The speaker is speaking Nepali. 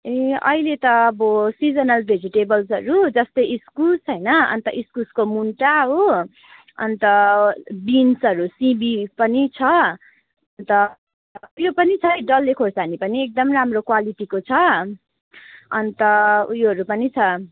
ए अहिले त अब सिजनल भेजिटेबल्सहरू जस्तै इस्कुस होइन अन्त इस्कुसको मुन्टा हो अन्त बिन्सहरू सिमी पनि छ अन्त त्यो पनि छ है डल्ले खोर्सानी पनि एकदम राम्रो क्वालिटीको छ अन्त उयोहरू पनि छ